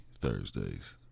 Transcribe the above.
Thursdays